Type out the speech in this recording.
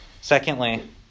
Secondly